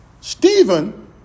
Stephen